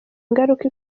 ingaruka